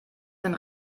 sein